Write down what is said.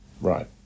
Right